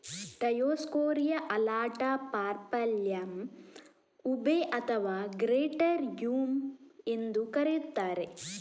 Dioscorea alata, purple yam, ube ಅಥವಾ greater yam ಎಂದೂ ಕರೆಯುತ್ತಾರೆ